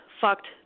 fucked